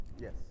Yes